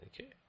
Okay